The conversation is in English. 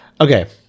Okay